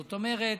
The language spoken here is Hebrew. זאת אומרת,